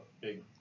big